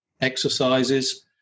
exercises